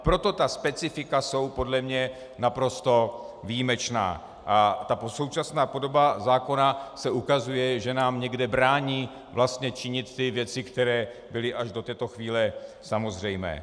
Proto ta specifika jsou podle mě naprosto výjimečná a současná podoba zákona se ukazuje, že nám někde brání činit věci, které byly až do této chvíle samozřejmé.